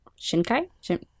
Shinkai